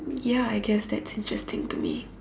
ya I guess that's interesting to me